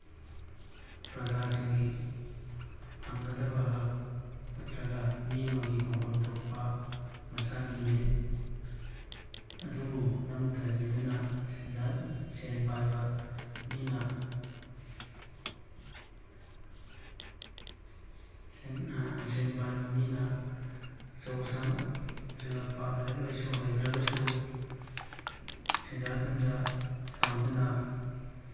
ꯄ꯭ꯔꯖꯥꯁꯤꯡꯒꯤ ꯐꯪꯒꯗꯕ ꯍꯛ ꯅꯠꯇ꯭ꯔꯒ ꯃꯤ ꯑꯃꯒꯤ ꯐꯪꯐꯝ ꯊꯣꯛꯄ ꯃꯁꯥꯒꯤ ꯃꯦꯔꯤꯠ ꯑꯗꯨꯕꯨ ꯅꯝꯊꯕꯤꯗꯨꯅ ꯁꯦꯟ ꯄꯥꯏꯕ ꯃꯤꯅ ꯁꯦꯟ ꯁꯦꯟ ꯄꯥꯏꯕ ꯃꯤꯅ ꯑꯆꯧ ꯑꯁꯥꯡ ꯑꯣꯏꯁꯤꯜꯂꯛꯄ ꯂꯥꯏꯔꯤꯛ ꯂꯥꯏꯁꯨ ꯍꯩꯇ꯭ꯔꯒꯁꯨ ꯁꯦꯟꯖꯥ ꯊꯨꯝꯖꯥ ꯇꯧꯗꯨꯅ